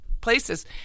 places